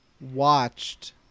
watched